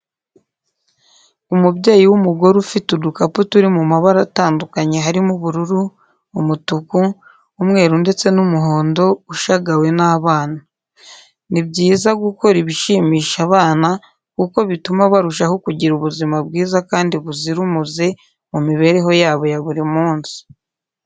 Umubyeyi w'umugore ufite udukapu turi mu mabara atandukanye harimo ubururu, umutuku, umweru, ndetse n'umuhondo ushagawe n'abana. Ni byiza gukora ibishimisha abana kuko bituma barushaho kugira ubuzima bwiza kandi buzira umuze mu mibereho yabo ya buri munsi.